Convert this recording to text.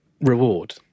reward